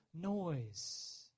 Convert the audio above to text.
noise